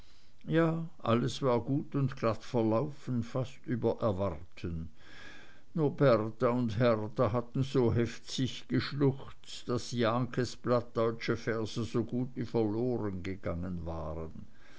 alles war gut und glatt verlaufen fast über erwarten nur bertha und hertha hatten so heftig geschluchzt daß jahnkes plattdeutsche verse so gut wie verlorengegangen waren